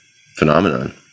phenomenon